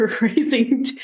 raising